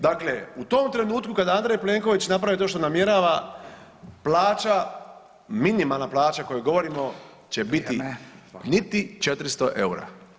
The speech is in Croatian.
Dakle, u tom trenutku kad Andrej Plenković napravi to što namjerava, plaća, minimalna plaća o kojoj govorimo će biti [[Upadica: Vrijeme.]] niti 400 eura.